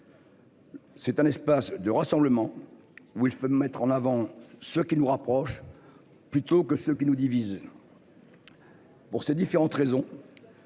C'est un espace de rassemblement où il faut mettre en avant ce qui nous rapproche. Plutôt que ce qui nous divise. Pour ces différentes raisons.